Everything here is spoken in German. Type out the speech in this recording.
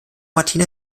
martina